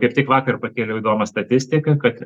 kaip tik vakar pakėliau įdomią statistiką kad